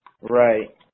Right